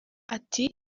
ati